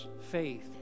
faith